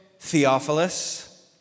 Theophilus